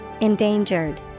Endangered